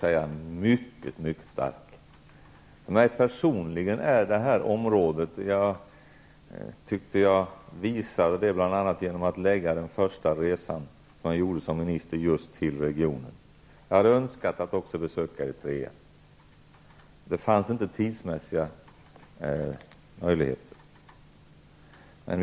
Detta område är för mig personligen mycket viktigt. Jag tyckte att jag visade det bl.a. genom att lägga den första resa jag gjorde som minister just till denna region. Jag hade önskat att också besöka Eritrea, men det fanns inte möjligheter tidsmässigt.